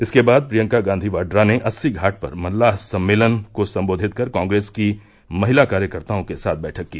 इसके बाद प्रियंका गांधी वाड्रा ने अस्सी घाट पर मल्लाह सम्मेलन को संबोधित कर कांग्रेस की महिला कार्यकर्ताओं के साथ बैठक की